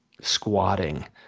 Squatting